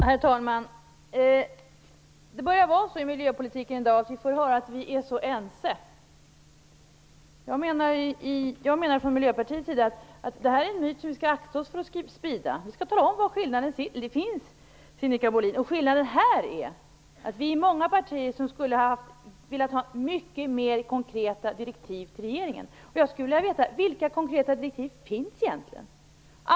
Herr talman! Det börjar bli så i miljöpolitiken att vi får höra att vi är så ense. I Miljöpartiet menar vi att det här är en myt som vi skall akta oss för att sprida. Vi skall tala om var skillnaderna finns, Sinikka Skillnaden i det här fallet är att vi är många partier som skulle ha velat ha mycket mer konkreta direktiv till regeringen. Jag skulle vilja veta vilka konkreta direktiv som egentligen finns.